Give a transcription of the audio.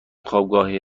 خوابگاهی